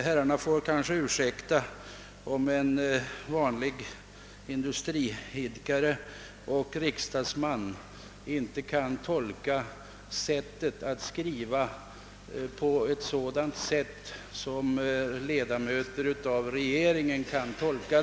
Herrarna får kanske ursäkta om en vanlig industriidkare och riksdagsman inte kan tolka propositionens skrivning på ett sådant sätt som ledamöter av regeringen kan göra.